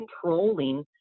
controlling